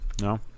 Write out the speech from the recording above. No